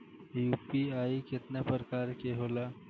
UPI केतना प्रकार के होला?